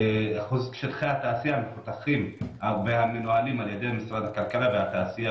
אחוז שטחי התעשייה המפותחים והמנוהלים על ידי משרד הכלכלה והתעשייה